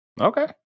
okay